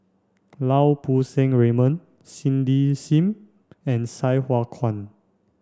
Lau Poo Seng Raymond Cindy Sim and Sai Hua Kuan